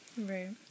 Right